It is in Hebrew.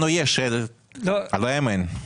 לנו יש; להם אין.